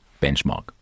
benchmark